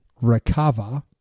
recover